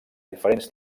diferents